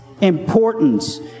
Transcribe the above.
importance